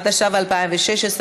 התשע"ו 2016,